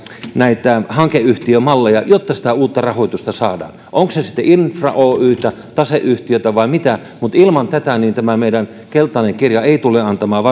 näitä hankeyhtiömalleja jotta sitä uutta rahoitusta saadaan onko se se sitten infra oytä taseyhtiötä vai mitä mutta ilman tätä meidän keltainen kirja ei tule antamaan